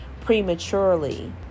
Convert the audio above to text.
prematurely